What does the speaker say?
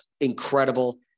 incredible